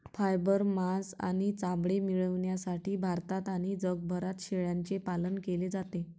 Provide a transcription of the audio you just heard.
fibre, मांस आणि चामडे मिळविण्यासाठी भारतात आणि जगभरात शेळ्यांचे पालन केले जाते